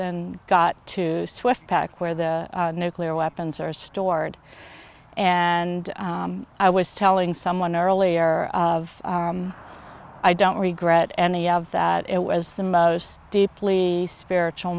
and got to swift pack where the nuclear weapons are stored and i was telling someone earlier of i don't regret any of that it was the most deeply spiritual